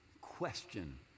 question